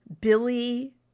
Billy